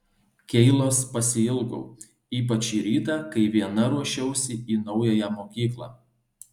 keilos pasiilgau ypač šį rytą kai viena ruošiausi į naująją mokyklą